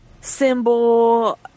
symbol